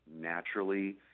naturally